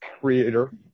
creator